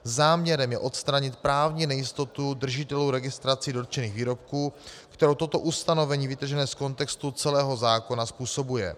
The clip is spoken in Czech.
Záměrem je odstranit právní nejistotu držitelů registrací dotčených výrobků, kterou toto ustanovení vytržené z kontextu celého zákona způsobuje.